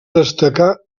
destacar